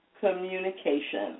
communication